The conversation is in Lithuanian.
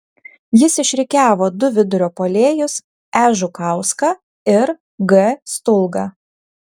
jis išrikiavo du vidurio puolėjus e žukauską ir g stulgą